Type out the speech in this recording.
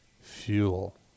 fuel